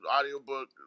Audiobook